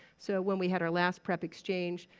so when we had our last prep exchange,